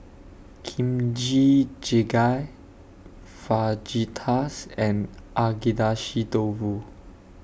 Kimchi Jjigae Fajitas and Agedashi Dofu